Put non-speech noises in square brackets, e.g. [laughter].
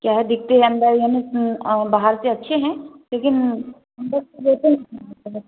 क्या दिखते अंदर यानी बाहर से अच्छे हैं लेकिन [unintelligible]